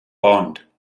bond